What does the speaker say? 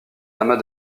amas